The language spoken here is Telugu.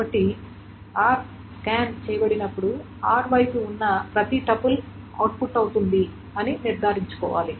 కాబట్టి r స్కాన్ చేయబడినప్పుడు r వైపు ఉన్న ప్రతి టపుల్ అవుట్పుట్ అవుతోందని నిర్ధారించుకోవాలి